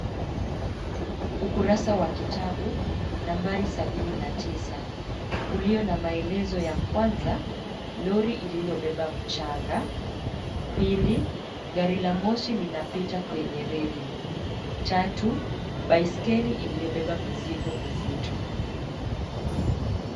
Ukurasa wa kitabu nambari sabini na tisa, ulio na maelezo ya kwanza, lori lililobeba mchanga, pili, gari la moshi linapita kwenye reli, tatu, baiskeli iliyobeba mizigo mizito.